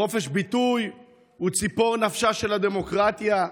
חופש ביטוי הוא ציפור נפשה של הדמוקרטיה.